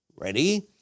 Ready